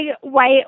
white